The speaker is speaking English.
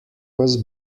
was